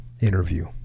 interview